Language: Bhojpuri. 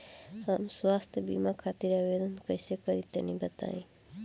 हम स्वास्थ्य बीमा खातिर आवेदन कइसे करि तनि बताई?